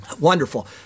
Wonderful